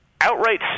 outright